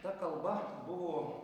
ta kalba buvo